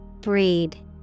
Breed